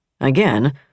Again